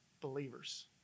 believers